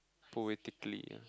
poetically ya